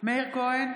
מאיר כהן,